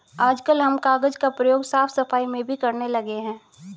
आजकल हम कागज का प्रयोग साफ सफाई में भी करने लगे हैं